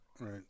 right